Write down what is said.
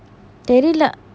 தெரில:therila